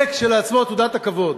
זה, כשלעצמו, תעודת הכבוד.